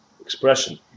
expression